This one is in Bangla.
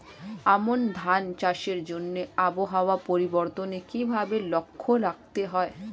আমন ধান চাষের জন্য আবহাওয়া পরিবর্তনের কিভাবে লক্ষ্য রাখতে হয়?